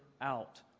out